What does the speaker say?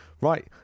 Right